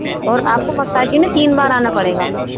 اور آپ کو مساج کے لیے نا تین بار آنا پڑے گا